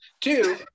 two